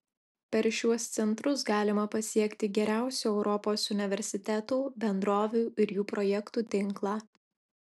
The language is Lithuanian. per šiuos centrus galima pasiekti geriausių europos universitetų bendrovių ir jų projektų tinklą